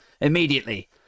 immediately